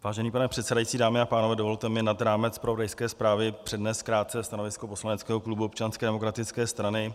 Vážený pane předsedající, dámy a pánové, dovolte mi nad rámec zpravodajské zprávy přednést krátce stanovisko poslaneckého klubu Občanské demokratické strany.